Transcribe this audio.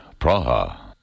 Praha